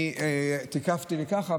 אני תיקפתי ככה.